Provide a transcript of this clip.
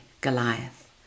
Goliath